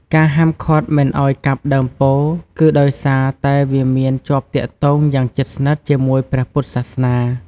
ការហាមឃាត់មិនឱ្យកាប់ដើមពោធិ៍ គឺដោយសារតែវាមានជាប់ទាក់ទងយ៉ាងជិតស្និទ្ធជាមួយព្រះពុទ្ធសាសនា។